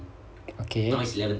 okay